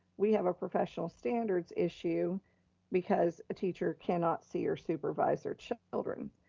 we have a professional standards issue because a teacher cannot see or supervise her children.